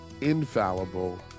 infallible